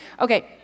Okay